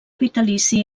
vitalici